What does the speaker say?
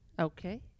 Okay